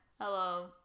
Hello